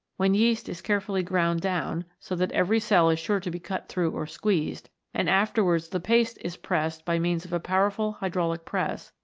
when yeast is carefully ground down, so that every cell is sure to be cut through or squeezed, and afterwards the paste is pressed by means of a powerful hydraulic press,